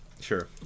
Sure